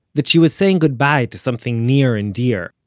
that she was saying goodbye to something near and dear.